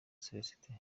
célestin